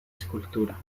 escultura